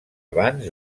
abans